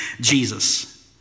Jesus